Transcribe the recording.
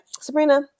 Sabrina